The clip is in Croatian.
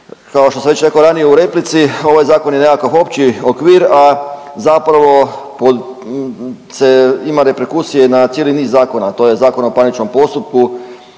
kao što sam već rekao ranije u replici ovaj je zakon nekakav opći okvir, a zapravo ima reperkusije na cijeli niz zakona, to je Zakon o parničnom postupku,